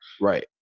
right